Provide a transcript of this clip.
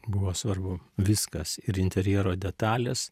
buvo svarbu viskas ir interjero detalės